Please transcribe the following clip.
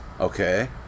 okay